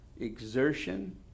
exertion